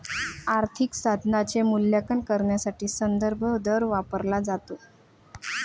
आर्थिक साधनाचे मूल्यांकन करण्यासाठी संदर्भ दर वापरला जातो